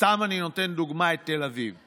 סתם אני נותן דוגמה את תל אביב.